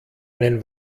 einen